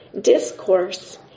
discourse